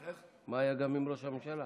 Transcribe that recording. מה היה עם ראש הממשלה?